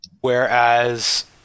Whereas